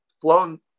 flown